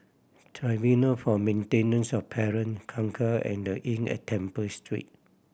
Tribunal for Maintenance of Parent Kangkar and The Inn at Temple Street